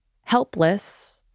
helpless